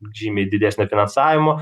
žymiai didesnio finansavimo